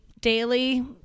daily